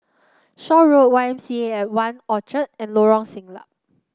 Shaw Road Y M C A One Orchard and Lorong Siglap